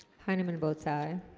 heinemann both side